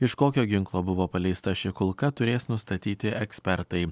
iš kokio ginklo buvo paleista ši kulka turės nustatyti ekspertai